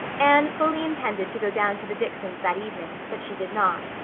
anne fully intended to go down to the dicksons' that evening, but she did not.